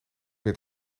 meer